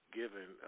given